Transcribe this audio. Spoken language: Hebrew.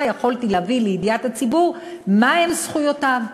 יכולתי להביא לידיעת הציבור מה הן זכויותיו,